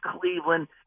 Cleveland